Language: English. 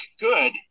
good